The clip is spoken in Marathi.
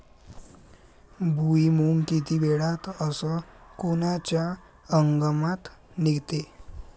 भुईमुंग किती वेळात अस कोनच्या हंगामात निगते?